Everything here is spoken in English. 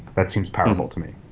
that seems powerful to me.